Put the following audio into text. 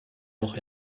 noch